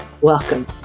Welcome